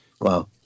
Wow